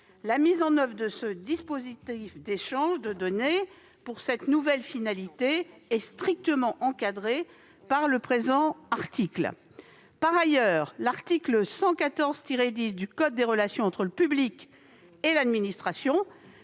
La mise en oeuvre de ce dispositif d'échange de données pour cette nouvelle finalité est strictement encadrée par le présent article. Par ailleurs, l'article L. 114-10 du code des relations entre le public et l'administration